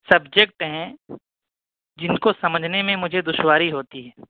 subject ہیں جن کو سمجھنے میں مجھے دشواری ہوتی ہیں